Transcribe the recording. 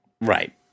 Right